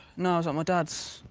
no, i was at my dad's.